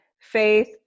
faith